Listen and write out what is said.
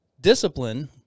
discipline